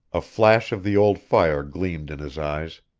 a flash of the old fire gleamed in his eyes,